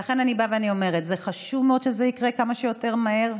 לכן אני באה ואומרת שזה חשוב מאוד שזה יקרה כמה שיותר מהר,